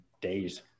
days